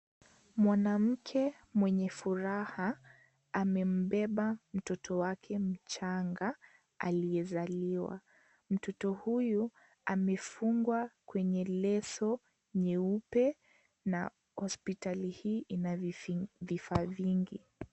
Mwanamke mwenye furaha amembeba mtoto wake mchanga aliyezaliwa, mtoto huyu amefungwa kwenye leso nyeupe na hospitali hii ina vifaa vingi.